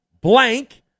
blank